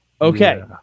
Okay